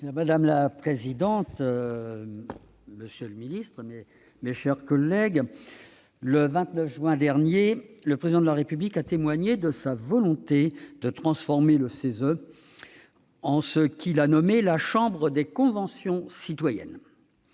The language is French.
Madame la présidente, monsieur le ministre, mes chers collègues, le 29 juin dernier, le Président de la République a témoigné de sa volonté de transformer le CESE en ce qu'il a nommé la « chambre des conventions citoyennes